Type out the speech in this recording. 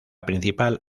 principal